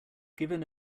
given